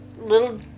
Little